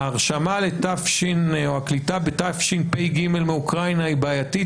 ההרשמה או הקליטה בתשפ"ג מאוקראינה היא בעייתית,